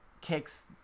kicks